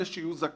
אלה שיהיו זכאים,